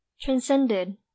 Transcended